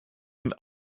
und